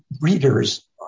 readers